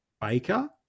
Baker